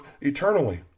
eternally